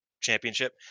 championship